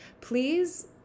please